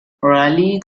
raleigh